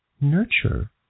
nurture